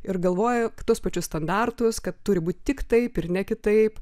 ir galvoja tuos pačius standartus kad turi būti tik taip ir ne kitaip